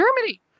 Germany